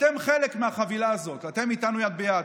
אתם חלק מהחבילה הזאת, ואתם איתנו יד ביד.